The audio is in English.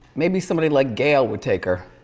maybe somebody like gayle would take her.